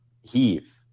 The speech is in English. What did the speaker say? heave